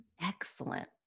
excellent